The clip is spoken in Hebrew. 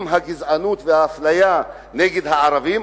אם הגזענות והאפליה נגד הערבים,